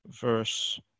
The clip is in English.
verse